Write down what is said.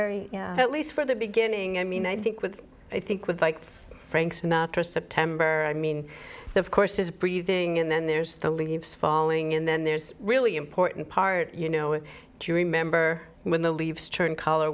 at least for the beginning i mean i think with i think with like frank sinatra september i mean of course his breathing and then there's the leaves falling and then there's really important part you know do you remember when the leaves turn color